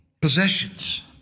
Possessions